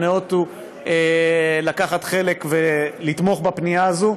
שניאותו לקחת חלק ולתמוך בפנייה הזאת.